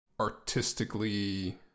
artistically